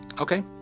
Okay